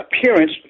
appearance